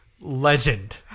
Legend